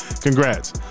Congrats